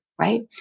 right